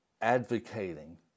advocating